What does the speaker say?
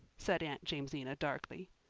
said aunt jamesina darkly.